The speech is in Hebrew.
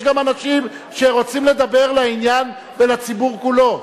יש גם אנשים שרוצים לדבר לעניין ולציבור כולו.